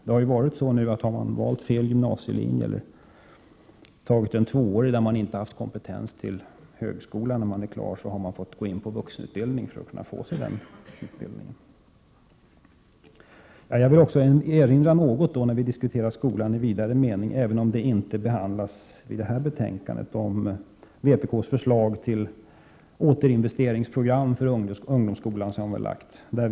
Det har ju varit så hittills att har man valt fel gymnasielinje eller tagit en tvåårig där man inte haft kompetens för högskolan när man är klar, har man fått gå in på vuxenutbildningen för att få de kunskaper man behövt. När vi diskuterar skolan i vidare mening vill jag också erinra om vpk:s förslag till återinvesteringsprogram för ungdomsskolan, även om det inte behandlas i det här betänkandet.